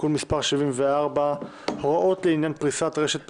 (תיקון מס' 74) (הוראות לעניין פריסת רשת מתקדמת),